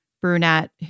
brunette